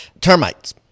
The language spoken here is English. termites